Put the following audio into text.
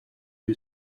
who